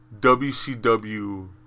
WCW